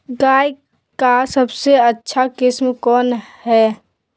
गाय का सबसे अच्छा किस्म कौन हैं?